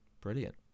brilliant